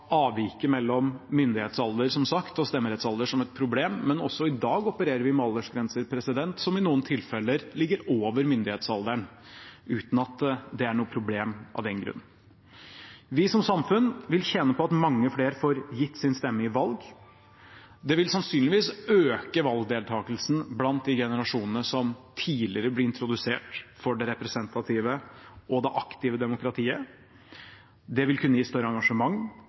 avviket mellom myndighetsalder og stemmerettsalder som et problem, men også i dag opererer vi med aldersgrenser som i noen tilfeller ligger over myndighetsalderen, uten at det er noe problem av den grunn. Vi som samfunn vil tjene på at mange flere får gitt sin stemme i valg. Det vil sannsynligvis øke valgdeltakelsen blant de generasjonene som tidligere blir introdusert for det representative og det aktive demokratiet. Det vil kunne gi større engasjement